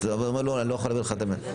אתה אומר לו אני לא יכול להעביר לך את המידע.